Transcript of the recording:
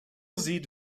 sieht